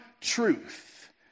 truth